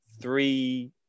three